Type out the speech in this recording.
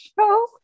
show